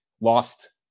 lost